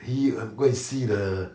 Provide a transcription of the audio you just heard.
he um go and see the